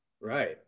Right